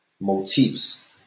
motifs